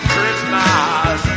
Christmas